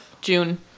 June